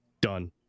Done